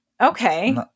okay